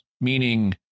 meaning